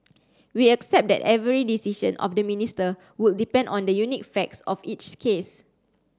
we accept that every decision of the minister would depend on the unique facts of each case